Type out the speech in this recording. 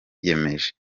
wiyemeje